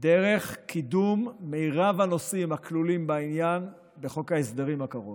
דרך קידום מרב הנושאים הכלולים בעניין בחוק ההסדרים הקרוב.